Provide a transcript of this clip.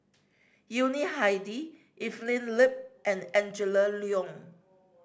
Yuni Hadi Evelyn Lip and Angela Liong